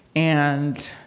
and,